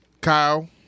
Kyle